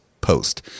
post